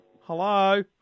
hello